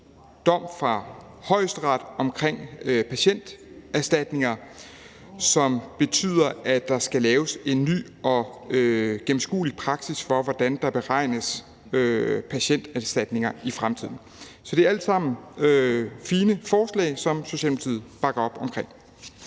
dom fra Højesteret omkring patienterstatninger, som betyder, at der skal laves en ny og gennemskuelig praksis for, hvordan der beregnes patienterstatninger i fremtiden. Så det er alle sammen nogle fine forslag, som Socialdemokratiet bakker op omkring.